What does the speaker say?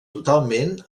totalment